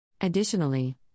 Additionally